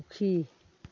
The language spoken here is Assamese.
সুখী